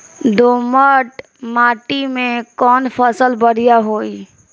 दोमट माटी में कौन फसल बढ़ीया होई?